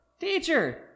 Teacher